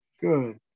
good